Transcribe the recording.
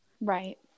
Right